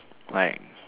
like